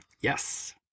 Yes